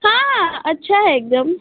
हाँ हाँ अच्छा है एकदम